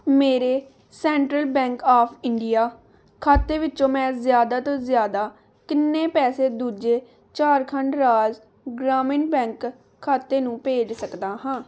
ਮੇਰੇ central bank of India ਖਾਤੇ ਵਿੱਚੋਂ ਮੈਂ ਜ਼ਿਆਦਾ ਤੋਂ ਜ਼ਿਆਦਾ ਕਿੰਨੇ ਪੈਸੇ ਦੂਜੇ ਝਾਰਖੰਡ ਰਾਜ ਗ੍ਰਾਮੀਣ ਬੈਂਕ ਖਾਤੇ ਨੂੰ ਭੇਜ ਸਕਦਾ ਹਾਂ